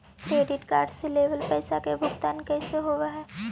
Credit card से लेवल पैसा के भुगतान कैसे होव हइ?